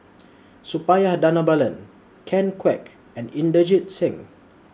Suppiah Dhanabalan Ken Kwek and Inderjit Singh